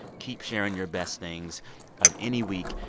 keep sharing your best things of any week.